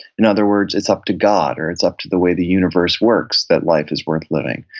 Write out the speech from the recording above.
in other words, it's up to god or it's up to the way the universe works that life is worth living.